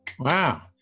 Wow